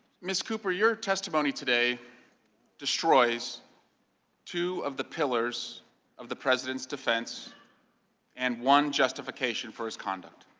ms. cooper, your testimony today destroys two of the pillars of the president's defense and one justification for his conduct.